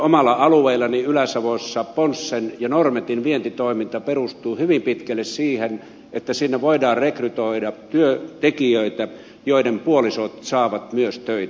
omalla alueellani ylä savossa ponssen ja normetin vientitoiminta perustuu hyvin pitkälle siihen että sinne voidaan rekrytoida tekijöitä joiden puolisot saavat myös töitä